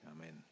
Amen